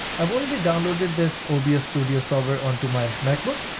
i've already downloaded this obs studio software onto my macbook.